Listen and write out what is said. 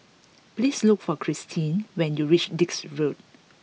please look for Christeen when you reach Dix Road